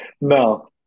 no